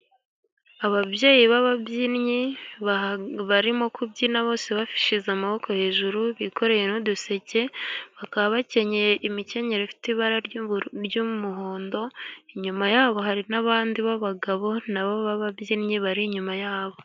Ababyeyi b'ababyinnyi barimo kubyina bose bashyize amaboko hejuru bikoreye n'uduseke. Bakaba bakenyeye imikenyero ifite ibara ry'umuhondo. Inyuma yabo hari n'abandi b'abagabo na bo b'ababyinnyi bari inyuma yabo.